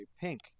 pink